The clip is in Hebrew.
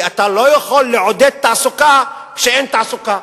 כי אתה לא יכול לעודד תעסוקה כשאין תעסוקה.